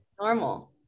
Normal